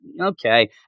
okay